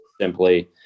simply